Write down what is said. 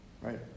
right